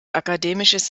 akademisches